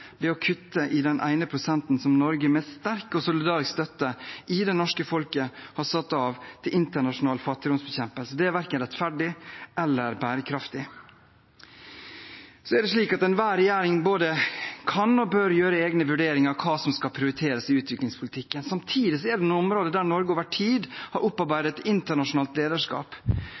ved å kutte i den ene prosenten som Norge, med sterk og solidarisk støtte i det norske folket, har satt av til internasjonal fattigdomsbekjempelse. Det er verken rettferdig eller bærekraftig. Enhver regjering både kan og bør gjøre egne vurderinger av hva som skal prioriteres i utviklingspolitikken. Samtidig er det noen områder der Norge over tid har opparbeidet et internasjonalt lederskap.